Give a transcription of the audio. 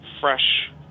fresh